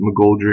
McGoldrick